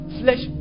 flesh